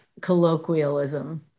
colloquialism